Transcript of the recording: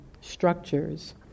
structures